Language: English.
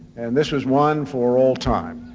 and this was one for all time.